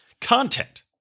content